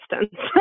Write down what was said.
distance